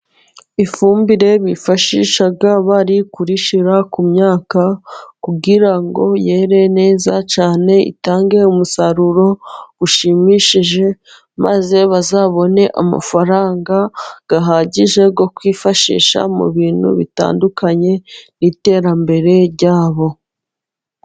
Ifumbire bifashisha bari kuyishira ku myaka kugira ngo yere neza cyane itange umusaruro ushimishije, maze bazabone amafaranga ahagije yo kwifashisha mu bintu bitandukanye, n'iterambere ryabo.